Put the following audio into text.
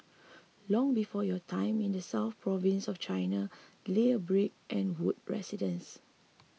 long before your time in the south province of China lay a brick and wood residence